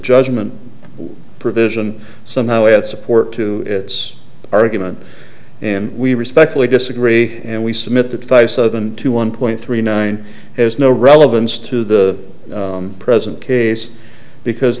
judgment provision somehow it support to its argument and we respectfully disagree and we submit that five seven to one point three nine has no relevance to the present case because